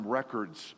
records